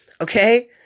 Okay